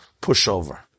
pushover